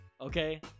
Okay